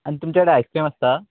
आनी तुमचे कडेन आयस्क्रीम आसता